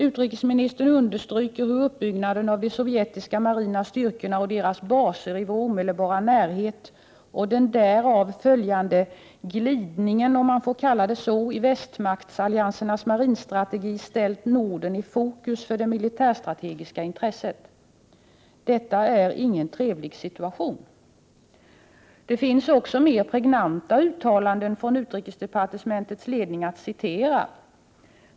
Utrikesministern understryker hur uppbyggnaden av de sovjetiska marina styrkorna och deras baser i vår omedelbara närhet och den därav följande glidningen, om man får kalla det så, i västmaktsalliansens marinstrategi, ställt Norden i fokus för det militärstrategiska intresset. Detta är ingen trevlig situation. Det finns också mer pregnanta uttalanden från utrikesdepartementets ledning att citera.